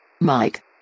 Mike